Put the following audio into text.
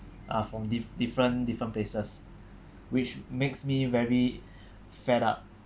uh from diff~ different different places which makes me very fed up